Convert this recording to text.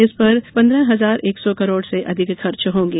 इस पर पंद्रह हजार एक सौ करोड़ से अधिक खर्च होंगे